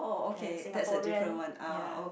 ya Singaporean ya